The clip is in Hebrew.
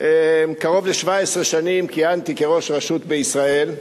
קרוב ל-17 שנים כיהנתי כראש רשות בישראל,